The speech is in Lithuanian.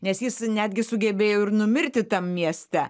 nes jis netgi sugebėjo ir numirti tam mieste